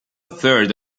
third